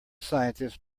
scientists